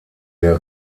der